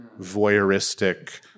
voyeuristic